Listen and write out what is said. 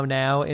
now